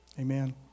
Amen